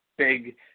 Big